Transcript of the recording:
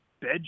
Bed